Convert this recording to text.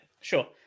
Sure